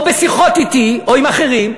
או בשיחות אתי או עם אחרים,